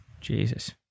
Jesus